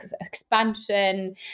expansion